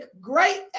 great